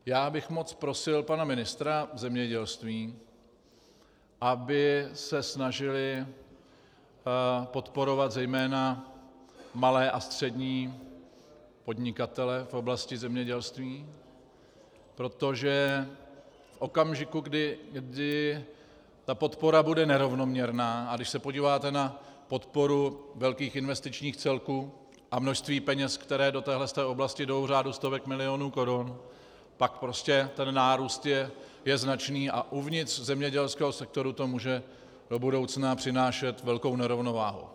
Já bych moc prosil pana ministra zemědělství, aby se snažili podporovat zejména malé a střední podnikatele v oblasti zemědělství, protože v okamžiku, kdy ta podpora bude nerovnoměrná, a když se podíváte na podporu velkých investičních celků a množství peněz, které do této oblasti jdou v řádu stovek milionů korun, pak prostě ten nárůst je značný a uvnitř zemědělského sektoru to může do budoucna přinášet velkou nerovnováhu.